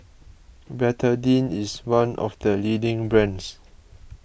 Betadine is one of the leading brands